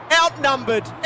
outnumbered